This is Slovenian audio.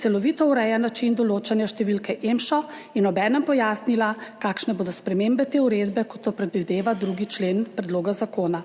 celovito ureja način določanja številke EMŠO in obenem pojasnila, kakšne bodo spremembe te uredbe, kot to predvideva 2. člen predloga zakona.